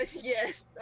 Yes